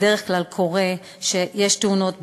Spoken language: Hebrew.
בדרך כלל קורה שיש תאונות פגע-וברח,